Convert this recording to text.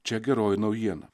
čia geroji naujiena